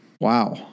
Wow